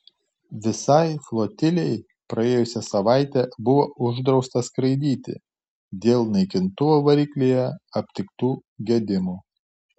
visai flotilei praėjusią savaitę buvo uždrausta skraidyti dėl naikintuvo variklyje aptiktų gedimų